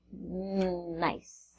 Nice